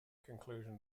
conclusion